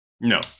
No